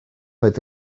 oedd